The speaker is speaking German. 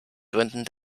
gründen